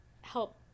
help